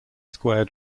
square